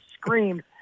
screamed